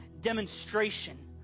demonstration